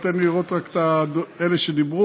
תן לי לראות רק את אלה שדיברו,